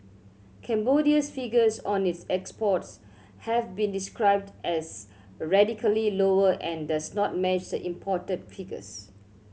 Cambodia's figures on its exports have been described as radically lower and does not match the imported figures